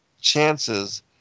chances